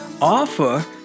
offer